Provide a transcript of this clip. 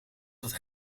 tot